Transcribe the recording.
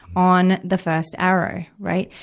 on the first arrow, right.